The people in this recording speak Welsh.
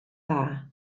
dda